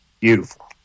Beautiful